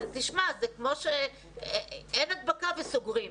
זה כמו שאין הדבקה וסוגרים.